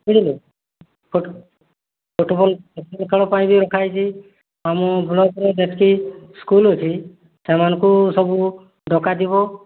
ବୁଝିଲୁ ଫୁଟବଲ୍ ଖେଳ ପାଇଁ ବି ରଖା ହୋଇଛି ଆମ ବ୍ଲକ୍ରେ ଯେତିକି ବ୍ଲକ୍ ଅଛି ସେମାନଙ୍କୁ ସବୁ ଡକାଯିବ